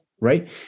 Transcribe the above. right